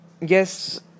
yes